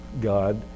God